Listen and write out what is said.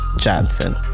Johnson